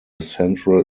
central